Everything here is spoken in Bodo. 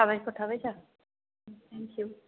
साबायखर थाबाय सार थेंकिउ